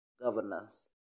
governance